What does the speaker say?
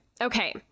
Okay